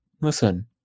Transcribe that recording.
listen